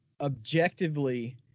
objectively